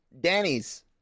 Danny's